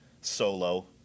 solo